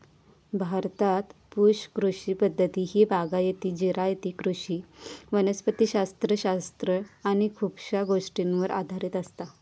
भारतात पुश कृषी पद्धती ही बागायती, जिरायती कृषी वनस्पति शास्त्र शास्त्र आणि खुपशा गोष्टींवर आधारित असता